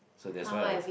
so that's why I